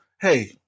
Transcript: hey